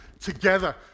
together